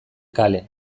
kale